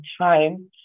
time